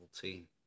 team